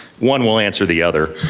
one will answer the other.